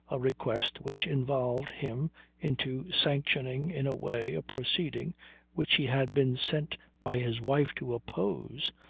a request which involved him into sanctioning in a way a proceeding which he had been sent by his wife to oppose,